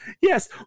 Yes